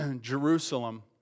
Jerusalem